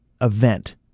event